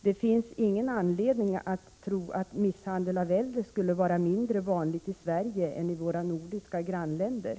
”Det finns ingen anledning att tro att misshandel av äldre skulle vara mindre vanligt i Sverige än i våra nordiska grannländer.